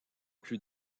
plus